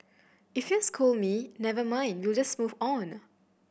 if you scold me never mind we'll just move on